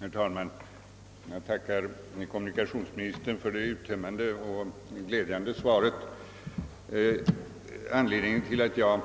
Herr talman! Jag tackar kommunikationsministern för det uttömmande och glädjande svaret. Anledningen till att jag